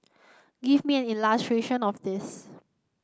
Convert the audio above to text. give me an of this